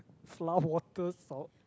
flour water salt